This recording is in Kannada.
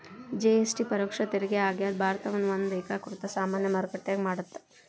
ಜಿ.ಎಸ್.ಟಿ ಪರೋಕ್ಷ ತೆರಿಗೆ ಆಗ್ಯಾದ ಭಾರತವನ್ನ ಒಂದ ಏಕೇಕೃತ ಸಾಮಾನ್ಯ ಮಾರುಕಟ್ಟೆಯಾಗಿ ಮಾಡತ್ತ